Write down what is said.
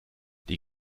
die